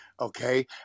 okay